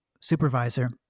supervisor